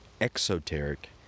exoteric